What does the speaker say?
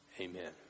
Amen